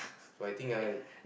so I think I